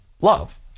love